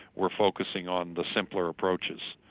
we're focusing on the simpler approaches